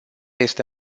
este